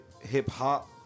hip-hop